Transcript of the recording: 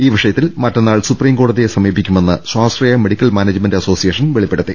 ഈ വിഷയത്തിൽ മറ്റന്നാൾ സുപ്രീം കോടതിയെ സമീപിക്കുമെന്ന് സ്വാശ്രയ മെഡിക്കൽ മാനേജ്മെന്റ് അസോസിയേഷൻ വെളിപ്പെടുത്തി